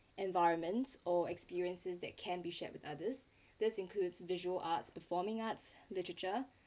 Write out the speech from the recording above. environments or experiences that can be shared with others this includes visual arts performing arts literature